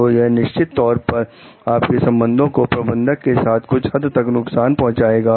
तो यह निश्चित तौर पर आपके संबंधों को प्रबंधक के साथ कुछ हद तक नुकसान पहुंचाएगा